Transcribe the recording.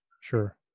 Sure